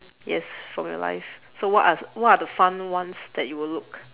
yes from your life so what are what are the fun ones that you will look